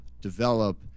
develop